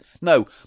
No